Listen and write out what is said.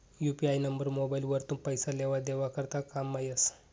UPI number mobile वरथून पैसा लेवा देवा करता कामंमा येस